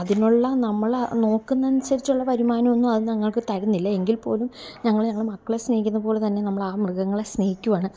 അതിനുള്ള നമ്മൾ നോക്കുന്നതിനനുസരിച്ചുള്ള വരുമാനം ഒന്നും അത് ഞങ്ങൾക്ക് തരുന്നില്ല എങ്കിൽപ്പോലും ഞങ്ങൾ ഞങ്ങളെ മക്കളെ സ്നേഹിക്കുന്ന പോലെത്തന്നെ നമ്മളാ മൃഗങ്ങളെ സ്നേഹിക്കുകയാണ്